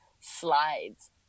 slides